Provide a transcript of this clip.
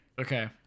Okay